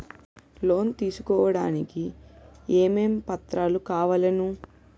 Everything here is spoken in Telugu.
లోన్ తీసుకోడానికి ఏమేం పత్రాలు కావలెను?